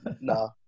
No